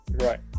Right